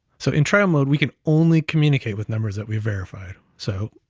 so in trial mode we can only communicate with numbers that we verified. so